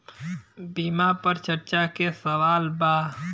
बीमा पर चर्चा के सवाल बा?